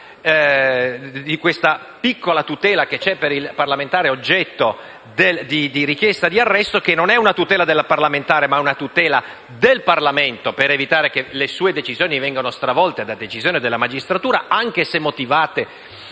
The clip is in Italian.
di questa piccola tutela che c'è per il parlamentare oggetto di richiesta di arresto, che non è una tutela del parlamentare ma del Parlamento, per evitare che le sue decisioni vengano stravolte da decisioni della magistratura, anche se motivate